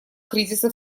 кризиса